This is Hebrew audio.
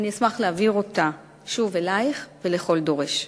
ואני אשמח להעביר אותה אלייך שוב ולכל דורש.